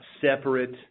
separate